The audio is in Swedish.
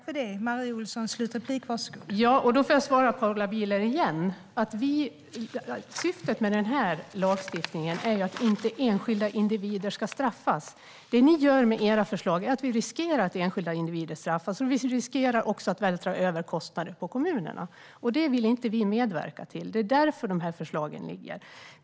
Fru talman! Då får jag återigen svara Paula Bieler att syftet med den här lagstiftningen är att enskilda individer inte ska straffas. Det ni gör med era förslag är att riskera att enskilda individer straffas. Ni riskerar också att vältra över kostnader på kommunerna. Det vill inte vi medverka till. Det är därför de här förslagen ligger.